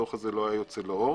הדוח הזה לא היה יוצא לאור.